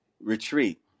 retreat